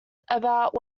about